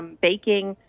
baking.